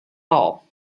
hall